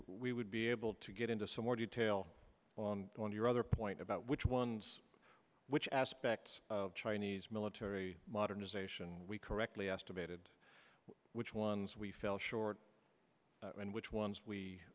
we would be able to get into some more detail on on your other point about which ones which aspects of chinese military modernization we correctly estimated which ones we fell short and which ones we